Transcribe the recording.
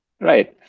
right